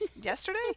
yesterday